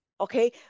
Okay